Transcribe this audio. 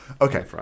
Okay